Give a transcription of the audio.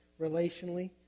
relationally